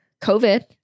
COVID